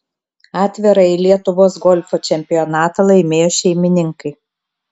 atvirąjį lietuvos golfo čempionatą laimėjo šeimininkai